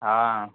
हाँ